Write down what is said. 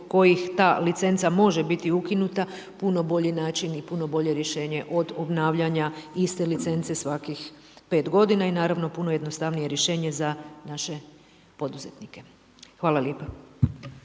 kojih ta licenca može biti ukinuta, puno bolji način i puno bolje rješenje od obnavljanja iste licence svaki 5 godina i naravno puno jednostavnije rješenje za naše poduzetnike. Hvala lijepa.